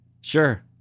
sure